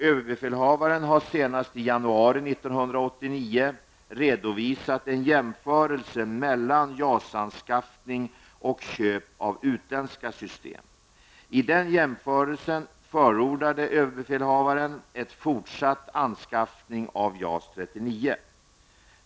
Överbefälhavaren har senast i jauari 1989 redovisat en jämförelse mellan JAS-anskaffning och köp av utländska system. I den jämförelsen förordade överbefälhavaren en fortsatt anskaffning av JAS 39.